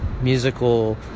musical